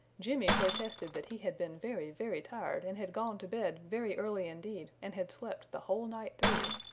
jimmy protested that he had been very, very tired and had gone to bed very early indeed and had slept the whole night through.